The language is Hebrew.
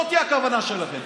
זאת הכוונה שלכם.